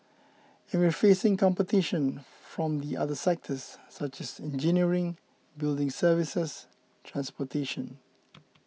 and we're facing competition from the other sectors such as engineering building services transportation